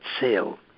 sale